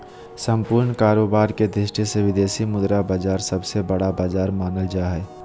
सम्पूर्ण कारोबार के दृष्टि से विदेशी मुद्रा बाजार सबसे बड़ा बाजार मानल जा हय